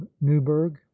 newburgh